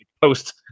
post